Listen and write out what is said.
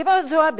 גברת זועבי,